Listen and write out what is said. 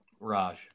Raj